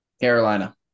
Carolina